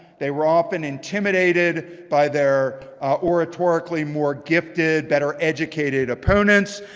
they were often intimidated by their oratorically more gifted, better-educated opponents.